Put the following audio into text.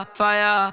fire